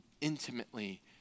intimately